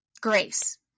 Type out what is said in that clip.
grace